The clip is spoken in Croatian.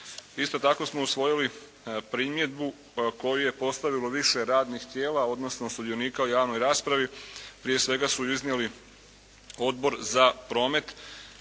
Isto tako smo usvojili primjedbu koju je postavilo više radnih tijela odnosno sudionika u javnoj raspravi. Prije svega su iznijeli Odbor za promet